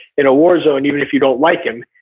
in a war zone even if you don't like him.